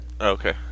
Okay